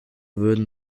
würden